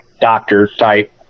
doctor-type